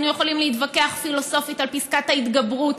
אנחנו יכולים להתווכח פילוסופית על פסקת ההתגברות,